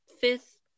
fifth